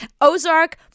ozark